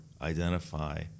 identify